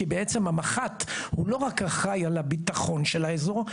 שבעצם המח"ט הוא לא רק אחראי על הביטחון של האזור,